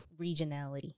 regionality